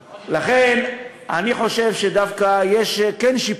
לכן, אני חושב שדווקא כן יש שיפור.